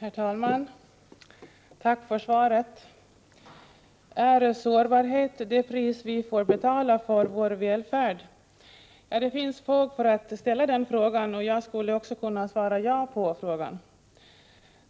Herr talman! Jag tackar för svaret. Är sårbarhet det pris vi får betala för vår välfärd? Det finns fog för att ställa den frågan, och jag skulle också kunna svara ja på den frågan.